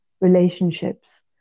relationships